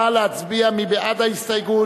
נא להצביע, מי בעד ההסתייגות?